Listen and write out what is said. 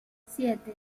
siete